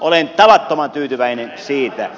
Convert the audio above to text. olen tavattoman tyytyväinen siihen